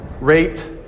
raped